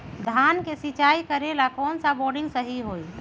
धान के सिचाई करे ला कौन सा बोर्डिंग सही होई?